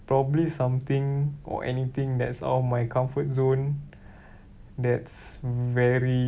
probably something or anything that's out of my comfort zone that's very